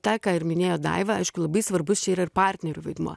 tą ką ir minėjo daiva aišku labai svarbus čia yra ir partnerių vaidmuo